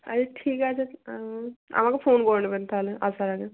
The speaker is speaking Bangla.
আচ্ছা ঠিক আছে আমাকে ফোন করে নেবেন তাহলে আসার আগে